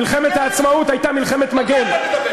מלחמת העצמאות הייתה מלחמת מגן.